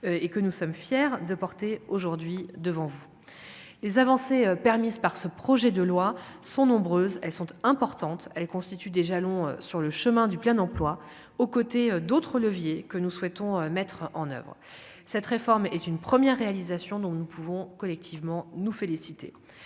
et que nous sommes fiers de porter aujourd'hui devant vous, les avancées permises par ce projet de loi sont nombreuses, elles sont importantes, elles constituent des jalons sur le chemin du plein emploi, aux côtés d'autres leviers que nous souhaitons mettre en oeuvre cette réforme est une première réalisation dont nous pouvons collectivement nous féliciter,